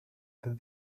that